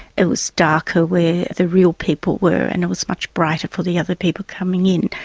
it was darker where the real people were and it was much brighter for the other people coming in.